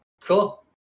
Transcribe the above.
Cool